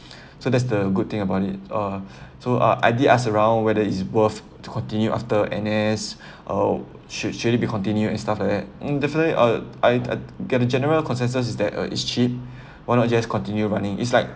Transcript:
so that's the good thing about it uh so uh I did ask around whether is worth to continue after N_S uh should should we be continue and stuff that hmm definitely uh I uh get a general consensus is that uh is cheap why not just continue running is like